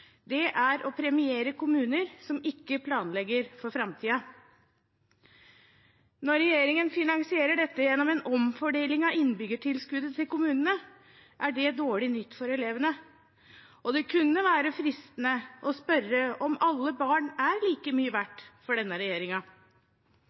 Det er å premiere kommuner som ikke planlegger for framtiden. Når regjeringen finansierer dette gjennom en omfordeling av innbyggertilskuddet til kommunene, er det dårlig nytt for elevene, og det kunne være fristende å spørre om alle barn er like mye